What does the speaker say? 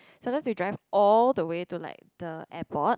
sometimes we drive all the way to like the airport